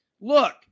look